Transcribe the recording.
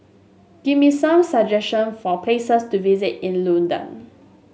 give me some suggestion for places to visit in Luanda